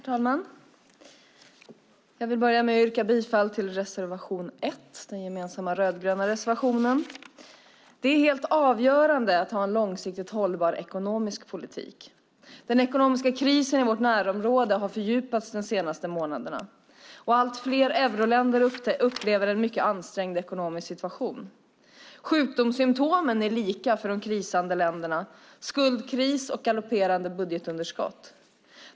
Herr talman! Jag börjar med att yrka bifall till reservation 1, den gemensamma rödgröna reservationen. Det är helt avgörande att ha en långsiktigt hållbar ekonomisk politik. Den ekonomiska krisen i vårt närområde har fördjupats de senaste månaderna, och allt fler euroländer upplever en mycket ansträngd ekonomisk situation. Sjukdomssymtomen är lika för de krisande länderna: skuldkris och galopperande budgetunderskott.